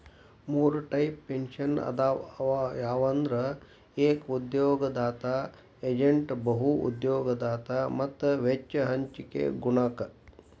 ಮೂರ್ types pension ಅದಾವ ಯಾವಂದ್ರ ಏಕ ಉದ್ಯೋಗದಾತ ಏಜೇಂಟ್ ಬಹು ಉದ್ಯೋಗದಾತ ಮತ್ತ ವೆಚ್ಚ ಹಂಚಿಕೆ ಗುಣಕ